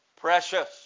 precious